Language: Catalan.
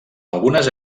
algunes